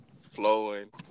flowing